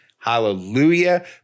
Hallelujah